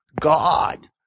God